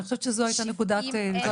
אני חושבת שזו הייתה נקודת המוצא.